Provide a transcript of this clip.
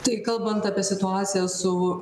tai kalbant apie situaciją su